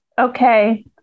Okay